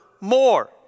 more